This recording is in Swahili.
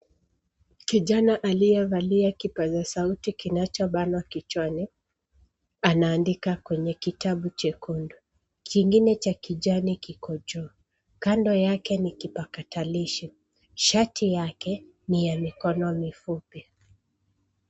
Kijana aliyevalia kipazasauti kinachobanwa kichwani, anaandika kwenye kitabu chekundu. Kingine cha kijani kiko juu. Kando yake ni kipakatalishi. Shati yake ni ya mikono mifupi.